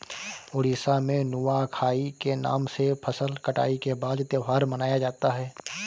उड़ीसा में नुआखाई के नाम से फसल कटाई के बाद त्योहार मनाया जाता है